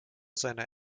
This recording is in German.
seiner